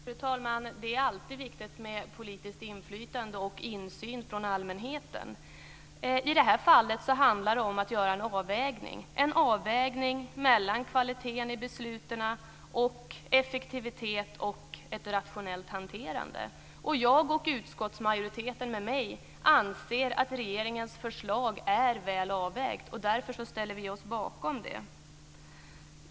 Fru talman! Det är alltid viktigt med politiskt inflytande och insyn från allmänheten. I det här fallet handlar det om att göra en avvägning mellan kvaliteten i besluten och effektivitet och en rationell hantering. Jag och utskottsmajoriteten med mig anser att regeringens förslag är väl avvägt, och vi ställer oss därför bakom det.